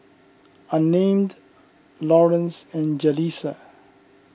Unnamed Lawrence and Jaleesa